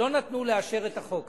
לא נתנו לאשר את החוק הזה,